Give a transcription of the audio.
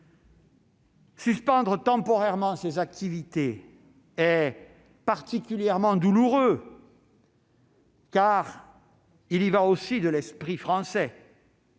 Suspendre temporairement ces activités est particulièrement douloureux, car il y va aussi de l'esprit français.